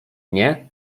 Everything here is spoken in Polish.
nie